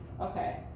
Okay